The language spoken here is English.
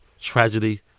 tragedy